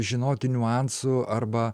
žinoti niuansų arba